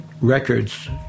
records